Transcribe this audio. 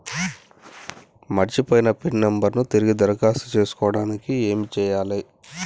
మర్చిపోయిన pin number ను తిరిగి దరఖాస్తు చేసుకోవడానికి ఏమి చేయాలే?